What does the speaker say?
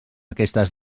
aquestes